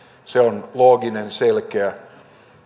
se on looginen selkeä